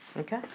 Okay